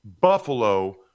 Buffalo